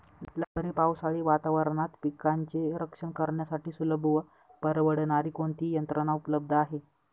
लहरी पावसाळी वातावरणात पिकांचे रक्षण करण्यासाठी सुलभ व परवडणारी कोणती यंत्रणा उपलब्ध आहे?